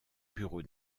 bureau